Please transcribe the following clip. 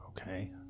okay